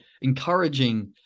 encouraging